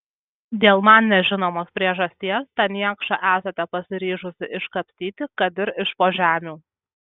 dėl man nežinomos priežasties tą niekšą esate pasiryžusi iškapstyti kad ir iš po žemių